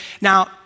Now